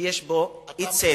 שיש פה אי-צדק.